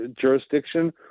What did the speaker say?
jurisdiction